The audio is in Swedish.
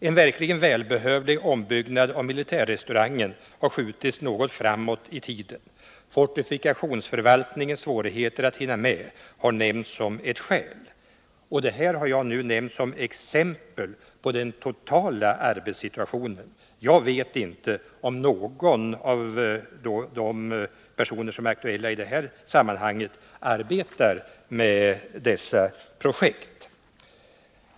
En verkligen välbehövlig ombyggnad av militärrestaurangen har skjutits något framåt i tiden. Fortifikationsförvaltningens svårigheter att hinna med har angivits som ett skäl. Detta har jag nämnt som exempel på den totala arbetssituationen. Jag vet inte om någon av de personer som är aktuella i det sammanhang som interpellationen gäller arbetar med dessa projekt.